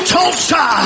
Tulsa